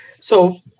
So-